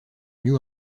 new